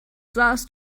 sahst